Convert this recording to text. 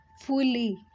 fully